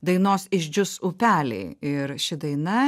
dainos išdžius upeliai ir ši daina